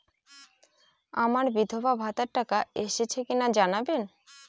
আমার বিধবাভাতার টাকা এসেছে কিনা জানাবেন?